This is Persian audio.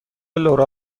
لورا